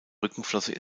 rückenflosse